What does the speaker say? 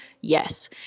Yes